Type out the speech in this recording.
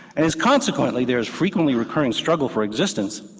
and as consequently there is frequently occurring struggle for existence,